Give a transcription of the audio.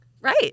Right